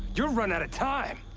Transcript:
you're running outta time!